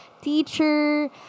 teacher